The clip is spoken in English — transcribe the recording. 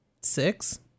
Six